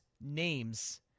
names